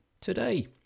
today